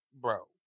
Bro